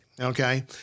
Okay